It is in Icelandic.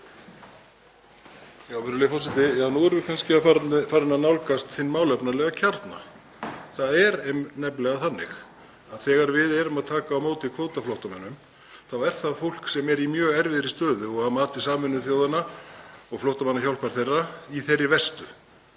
Virðulegi forseti. Já, nú erum við kannski farin að nálgast hinn málefnalega kjarna. Það er nefnilega þannig að þegar við erum að taka á móti kvótaflóttamönnum þá er það fólk sem er í mjög erfiðri stöðu og að mati Sameinuðu þjóðanna og Flóttamannastofnunar þeirra í þeirri verstu.